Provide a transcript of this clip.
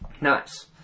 Nice